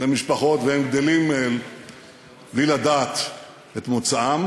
למשפחות והם גדלים בלי לדעת את מוצאם,